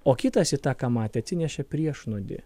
o kitas į tą ką matė atsinešė priešnuodį